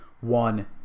one